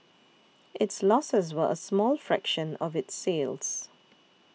its losses were a small fraction of its sales